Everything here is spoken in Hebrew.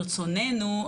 מרצוננו.